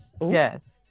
Yes